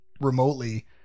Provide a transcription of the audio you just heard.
remotely